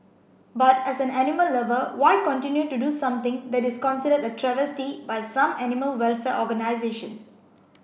but as an animal lover why continue to do something that is considered a travesty by some animal welfare organisations